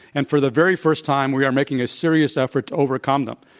and for the very first time, we are making a serious effort to overcome them.